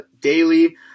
daily